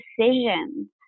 decisions